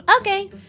Okay